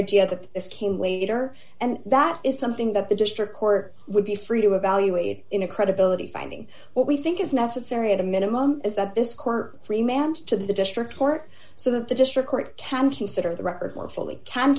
idea that this came later and that is something that the district court would be free to evaluate in a credibility finding what we think is necessary at a minimum is that this court freemantle to the district court so that the district court can consider the record more fully can